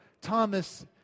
Thomas